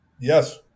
Yes